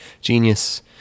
Genius